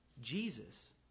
Jesus